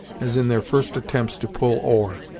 as in their first attempts to pull oar,